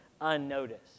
unnoticed